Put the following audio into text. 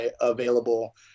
available